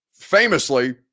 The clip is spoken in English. famously